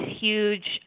huge